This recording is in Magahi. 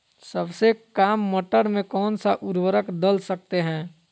सबसे काम मटर में कौन सा ऊर्वरक दल सकते हैं?